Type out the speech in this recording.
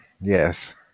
Yes